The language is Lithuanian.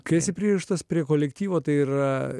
kai esi pririštas prie kolektyvo tai yra